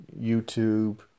YouTube